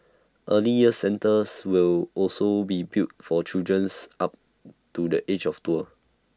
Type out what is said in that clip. early years centres will also be built for children's up to the age of four